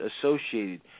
associated